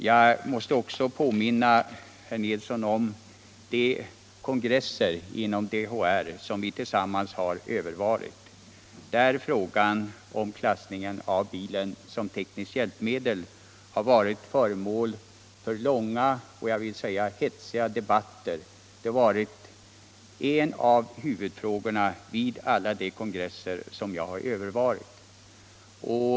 Jag måste också påminna herr Nilsson om de DHR-kongresser som vi tillsammans har övervarit och där frågan om klassningen av bilen som tekniskt hjälpmedel har varit föremål för långa och, vill jag säga, hetsiga debatter: det har varit en huvudfråga vid alla de kongresser som jag har deltagit i.